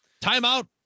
Timeout